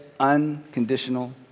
unconditional